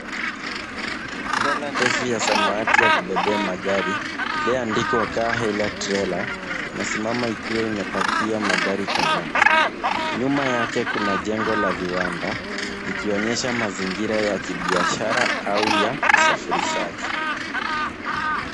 Trela ndefu ya samawati ya kubebea magari iliyoandikwa Car Hauler Trailer imesimama ikiwa imepakia magari kadhaa. Nyuma yake kuna jengo la viwanda likionyesha mazingira ya kibiashara au ya usafirishaji.